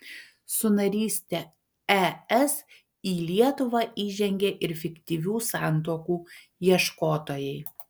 su naryste es į lietuvą įžengė ir fiktyvių santuokų ieškotojai